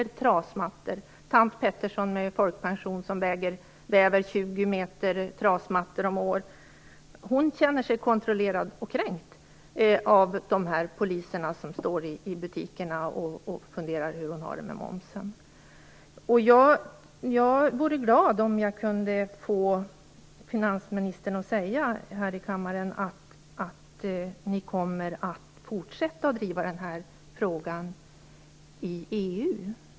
Vi kan ta trasmattor som ett annat exempel: Tant Pettersson, med folkpension, väver 20 meter trasmattor om året. Hon känner sig kontrollerad och kränkt av dessa poliser som står i butikerna och funderar över hur hon har det med momsen. Jag vore glad om jag kunde få finansministern att säga här i kammaren att ni kommer att fortsätta driva den här frågan i EU.